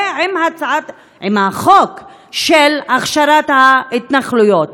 עם החוק של הכשרת ההתנחלויות.